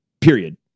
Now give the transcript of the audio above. period